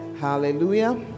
Hallelujah